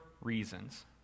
reasons